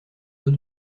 dos